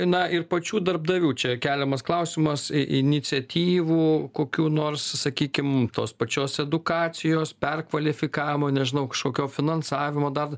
na ir pačių darbdavių čia keliamas klausimas iniciatyvų kokių nors sakykim tos pačios edukacijos perkvalifikavimo nežinau kažkokio finansavimo dar